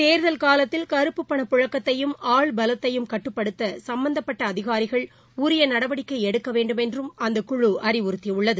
தோ்தல் காலத்தில் கறுப்புப் பணப் புழக்கத்தையும் ஆள்பலத்தையும் கட்டுப்படுத்த சும்பந்தப்பட்ட அதிகாரிகள் உரிப நடவடிக்கை எடுக்க வேண்டுமென்றும் அந்த குழு அறிவறுத்தியுள்ளது